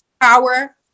power